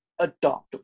adoptable